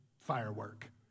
firework